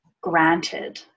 granted